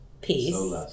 peace